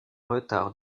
retard